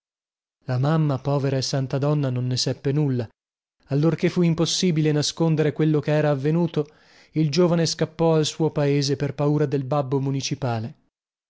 la mamma povera e santa donna non ne seppe nulla allorchè fu impossibile nascondere quello che era avvenuto il giovane scappò al paese per paura del babbo municipale